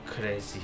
crazy